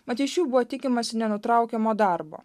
mat iš jų buvo tikimasi nenutraukiamo darbo